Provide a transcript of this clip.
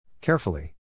Carefully